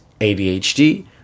ADHD